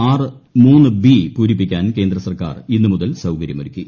R മൂന്ന് B പൂരിപ്പിക്കാൻ കേന്ദ്രസർക്കാർ ഇന്നുമുതൽ സൌകര്യമൊരുക്കി